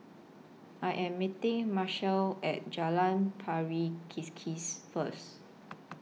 I Am meeting Marshall At Jalan Pari Kikis First